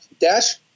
Dash